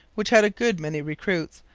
which had a good many recruits,